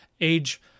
age